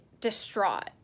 distraught